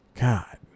god